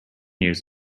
years